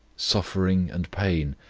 suffering and pain,